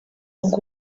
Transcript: ngo